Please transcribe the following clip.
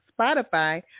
Spotify